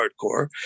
hardcore